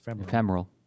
Ephemeral